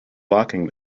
locking